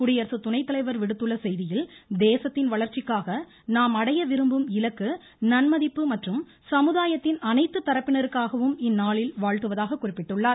குடியரசு துணைத்தலைவர் விடுத்துள்ள செய்தியில் தேசத்தின் வளர்ச்சிக்காக நாம் அடைய விரும்பும் இலக்கு நன்மதிப்பு மற்றும் சமுதாயத்தின் அனைத்து தரப்பினருக்காகவும் இந்நாளில் வாழ்த்துவதாக குறிப்பிட்டுள்ளார்